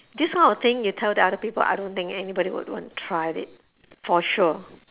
this kind of thing you tell the other people I don't think anybody would want to try it for sure